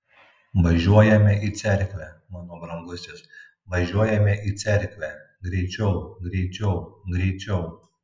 važiuojame į cerkvę mano brangusis važiuojame į cerkvę greičiau greičiau greičiau